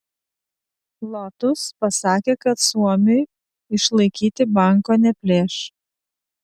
lotus pasakė kad suomiui išlaikyti banko neplėš